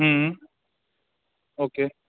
okay